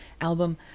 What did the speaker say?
album